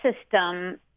system